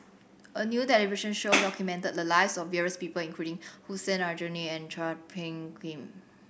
a new television show documented the lives of various people including Hussein Aljunied and Chua Phung Kim